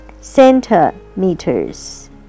Centimeters